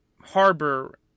harbor